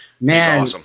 man